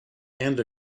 and